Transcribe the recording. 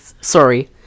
Sorry